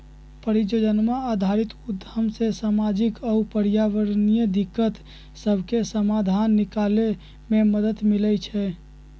परिजोजना आधारित उद्यम से सामाजिक आऽ पर्यावरणीय दिक्कत सभके समाधान निकले में मदद मिलइ छइ